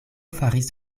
faris